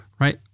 right